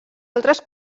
altres